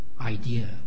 idea